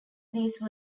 these